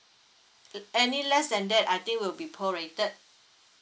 any less than that I think will be prorated